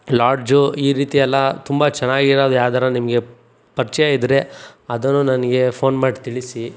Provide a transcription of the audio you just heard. lodge ಈ ರೀತಿ ಎಲ್ಲ ತುಂಬ ಚೆನ್ನಾಗಿರೋದು ಯಾವ್ದಾರು ನಿಮಗೆ ಪರಿಚಯ ಇದ್ದರೆ ಅದನ್ನೂ ನನಗೆ ಫೋನ್ ಮಾಡಿ ತಿಳಿಸಿ